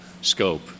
scope